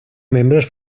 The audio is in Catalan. membres